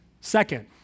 Second